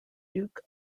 duke